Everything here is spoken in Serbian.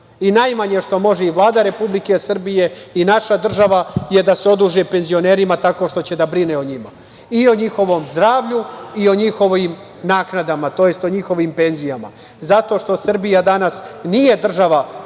Najmanje što može i Vlada Republike Srbije i naša država je da se oduži penzionerima tako što će da brine o njima, i o njihovom zdravlju i o njihovim naknadama, tj. o njihovim penzijama, zato što Srbija danas nije država kojom